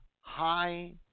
high